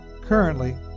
Currently